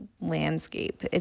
landscape